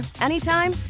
anytime